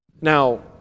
Now